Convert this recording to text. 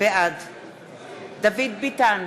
בעד דוד ביטן,